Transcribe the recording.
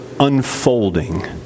unfolding